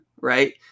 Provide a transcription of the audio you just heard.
right